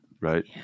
right